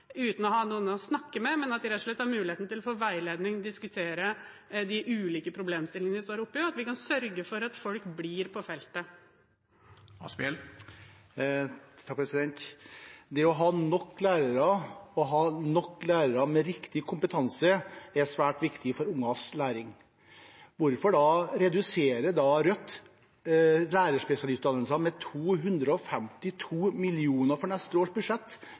uten å ha noen å snakke med, men at de rett og slett har muligheten til å få veiledning og diskutere de ulike problemstillingene de står oppe i, og at vi kan sørge for at folk blir på feltet. Det å ha nok lærere og å ha nok lærere med riktig kompetanse er svært viktig for ungers læring. Hvorfor reduserer da Rødt lærerspesialistordningen med 252 mill. kr i neste års budsjett,